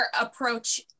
approach